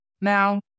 now